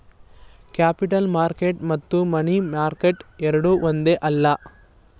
capital market ಮತ್ತು money market ಎರಡೂ ಒಂದೇ ಅಲ್ಲ